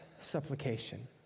supplication